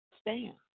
Stand